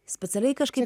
specialiai kažkaip